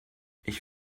ich